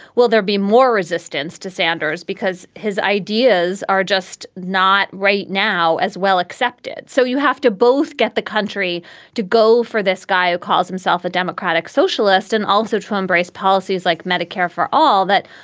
will there be more resistance to sanders because his ideas are just not right now as well accepted. so you have to both get the country to go for this guy who calls himself a democratic socialist and also to embrace policies like medicare for all that,